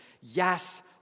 yes